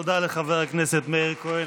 תודה לחבר הכנסת מאיר כהן.